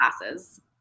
classes